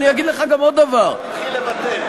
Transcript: אני אגיד לך גם עוד דבר, מתי הוא התחיל לוותר?